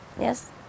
yes